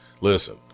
listen